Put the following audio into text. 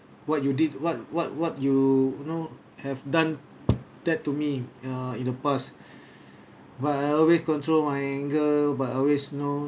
what you did what what what you you know have done that to me uh in the past but I away control my anger but I always know